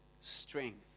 strength